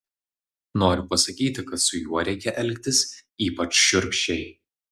noriu pasakyti kad su juo reikia elgtis ypač šiurkščiai